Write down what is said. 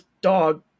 dog